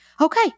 Okay